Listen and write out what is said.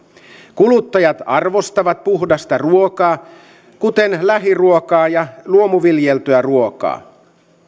kuluttajat arvostavat puhdasta ruokaa kuten lähiruokaa ja luomuviljeltyä ruokaa